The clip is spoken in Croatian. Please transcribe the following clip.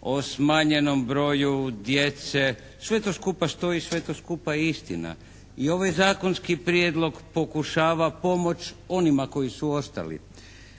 o smanjenom broju djece, sve to skupa stoji. Sve to skupa je istina. I ovaj zakonski prijedlog pokušava pomoć onima koji su ostali.